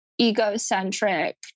egocentric